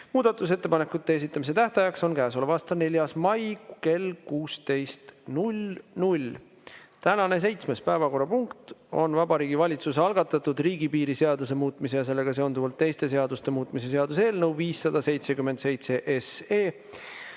Muudatusettepanekute esitamise tähtaeg on käesoleva aasta 4. mai kell 16. Tänane seitsmes päevakorrapunkt on Vabariigi Valitsuse algatatud riigipiiri seaduse muutmise ja sellega seonduvalt teiste seaduste muutmise seaduse eelnõu 577,